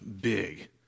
big